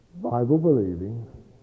Bible-believing